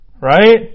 right